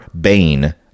Bane